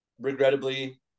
regrettably